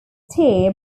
steer